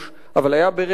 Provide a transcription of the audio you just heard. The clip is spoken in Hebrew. אבל היה ברז מים,